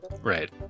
Right